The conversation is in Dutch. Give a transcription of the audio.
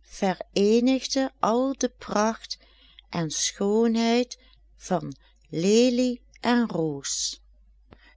vereenigde al de pracht en schoonheid van lelie en roos